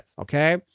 okay